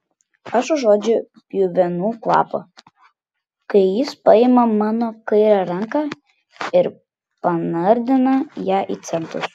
aš užuodžiu pjuvenų kvapą kai jis paima mano kairę ranką ir panardina ją į centus